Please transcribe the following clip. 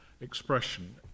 expression